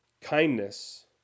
Kindness